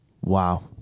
Wow